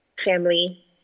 family